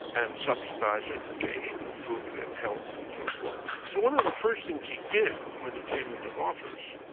and subsidise education and food and health and so forth. so one of the first things he did when he came into office,